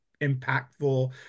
impactful